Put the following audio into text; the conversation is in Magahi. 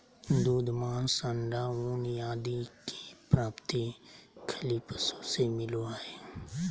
दूध, मांस, अण्डा, ऊन आदि के प्राप्ति खली पशु से मिलो हइ